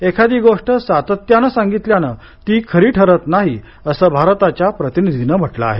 एखादी खोटी गोष्ट सातत्यानं सांगितल्यानं ती खरी ठरत नाही असं भारताच्या प्रतिनिधीनं म्हटलं आहे